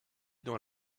dans